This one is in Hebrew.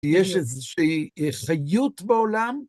יש איזושהי חיות בעולם.